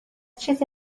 چیزی